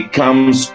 comes